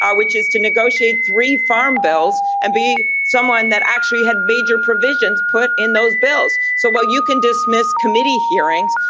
which is to negotiate three farm bills and be someone that actually had major provisions put in those bills. so while you can dismiss committee hearings,